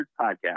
podcast